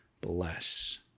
bless